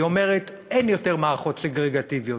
היא אומרת: אין יותר מערכות סגרגטיביות.